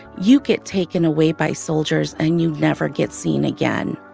you get taken away by soldiers and you never get seen again.